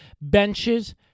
benches